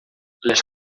les